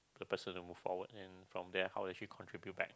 the person to move forward and from there how does she contribute back